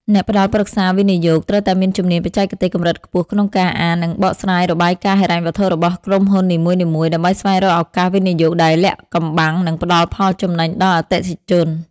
អ្នកផ្ដល់ប្រឹក្សាវិនិយោគត្រូវតែមានជំនាញបច្ចេកទេសកម្រិតខ្ពស់ក្នុងការអាន និងបកស្រាយរបាយការណ៍ហិរញ្ញវត្ថុរបស់ក្រុមហ៊ុននីមួយៗ ដើម្បីស្វែងរកឱកាសវិនិយោគដែលលាក់កំបាំង និងផ្ដល់ផលចំណេញដល់អតិថិជន។